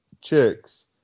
chicks